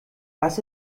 was